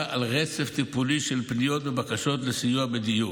על רצף טיפולי של פניות בבקשות לסיוע בדיור.